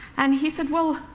and he said, well,